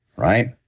right?